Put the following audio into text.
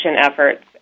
efforts